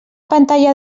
pantalla